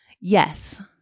yes